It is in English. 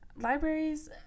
libraries